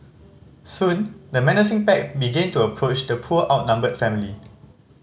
soon the menacing pack began to approach the poor outnumbered family